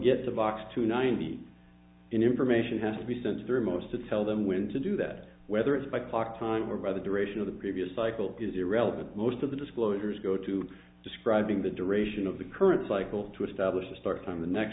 get the box to ninety information have to be sent through most to tell them when to do that whether it's by clock time or by the duration of the previous cycle is irrelevant most of the disclosures go to describing the duration of the current cycle to establish the start time the next